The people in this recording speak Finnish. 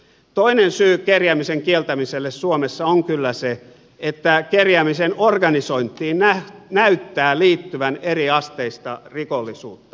toinen syy kerjäämisen kieltämiselle suomessa on kyllä se että kerjäämisen organisointiin näyttää liittyvän eriasteista rikollisuutta